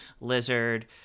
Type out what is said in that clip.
lizard